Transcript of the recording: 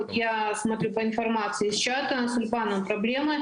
היא צריכה להמתין לאולפן,